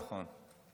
נכון.